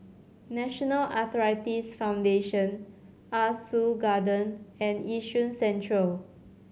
National Arthritis Foundation Ah Soo Garden and Yishun Central